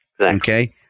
okay